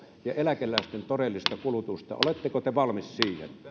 ja eläkeläisten todellista kulutusta oletteko te valmis